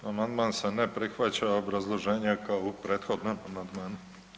Amandman se ne prihvaća, obrazloženje kao u prethodnom amandmanu.